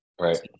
Right